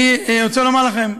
אני רוצה לומר לכם,